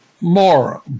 more